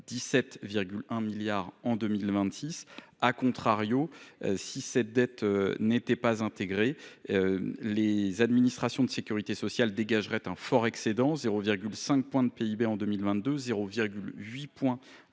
17,1 milliards en 2026., si cette dette n’était pas intégrée, les administrations de sécurité sociale dégageraient un fort excédent de 0,5 point de PIB en 2022 et 0,8 point